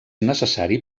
necessari